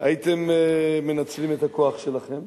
הייתם מנצלים את הכוח שלכם,